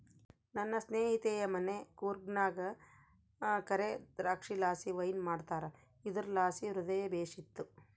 ನನ್ನ ಸ್ನೇಹಿತೆಯ ಮನೆ ಕೂರ್ಗ್ನಾಗ ಕರೇ ದ್ರಾಕ್ಷಿಲಾಸಿ ವೈನ್ ಮಾಡ್ತಾರ ಇದುರ್ಲಾಸಿ ಹೃದಯ ಬೇಶಿತ್ತು